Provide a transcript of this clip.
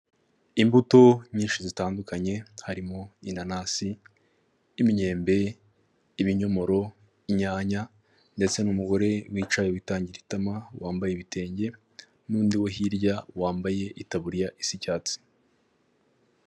Imbuto nyinshi zitandukanye harimo inanasi, imyembe, ibinyomoro, inyanya ndetse n'umugore wicaye witangiragi itama wambaye ibitenge n'undi wo hirya wambaye itaburiya isi icyatsi.